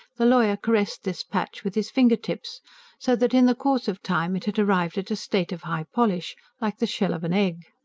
the lawyer caressed this patch with his finger-tips so that in the course of time it had arrived at a state of high polish like the shell of an egg.